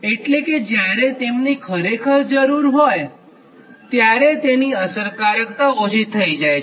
એટલે કે જ્યારે તેમની ખરેખર જરૂર હોય છે ત્યારે તેની અસરકારકતા ઓછી થઈ જાય છે